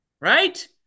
right